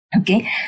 Okay